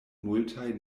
multaj